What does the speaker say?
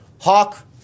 Hawk